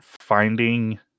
finding